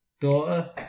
Daughter